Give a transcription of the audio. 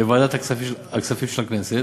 בוועדת הכספים של הכנסת,